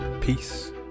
peace